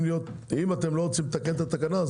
אם אתם לא רוצים לתקן את התקנה,